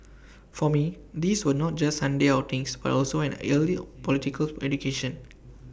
for me these were not just Sunday outings but also an early political education